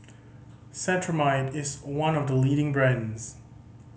Cetrimide is one of the leading brands